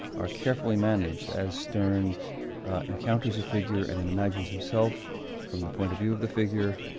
are carefully managed as sterne encounters a figure and and imagines himself from the point of view of the figure,